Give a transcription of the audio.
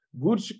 Good